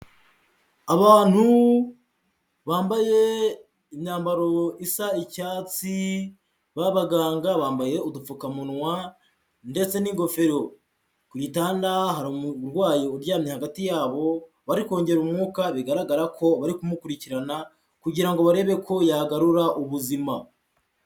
Abantu bambaye imyambaro isa icyatsi babaganga, bambaye udupfukamunwa ndetse n'ingofero, ku gitanda hari umurwayi uryamye hagati yabo bari kongera umwuka bigaragara ko bari kumukurikirana kugira ngo barebe ko yagarura ubuzima.